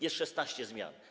Jest 16 zmian.